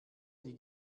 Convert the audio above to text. die